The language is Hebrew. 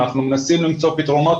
אנחנו מנסים למצוא פתרונות